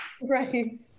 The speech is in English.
Right